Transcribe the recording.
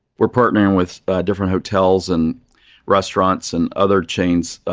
we're partnering with different hotels and restaurants and other chains, ah